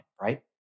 right